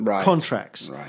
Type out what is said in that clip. contracts